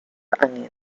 onions